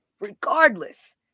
regardless